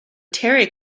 terry